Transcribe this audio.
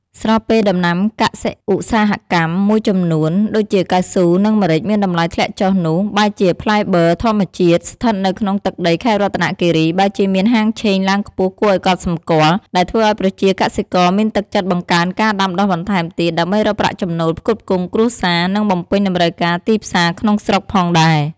ស្របពេលដំណាំកសិឧស្សាហកម្មមួយចំនួន ដូចជាកៅស៊ូ និងម្រេចមានតម្លៃធ្លាក់ចុះនោះ បែរជាផ្លែប័រធម្មជាតិ ស្ថិតនៅក្នុងទឹកដីខេត្តរតនគិរី បែរជាមានហាងឆេងឡើងខ្ពស់គួរឱ្យកត់សម្គាល់ ដែលធ្វើឱ្យប្រជាកសិករមានទឹកចិត្តបង្កើនការដាំដុះបន្ថែមទៀត ដើម្បីរកប្រាក់ចំណូលផ្គត់ផ្គង់គ្រួសារ និងបំពេញតម្រូវការទីផ្សារក្នុងស្រុកផងដែរ។